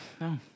no